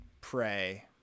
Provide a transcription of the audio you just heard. pray